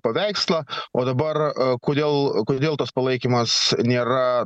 paveikslą o dabar kodėl kodėl tas palaikymas nėra